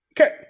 Okay